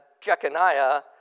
Jeconiah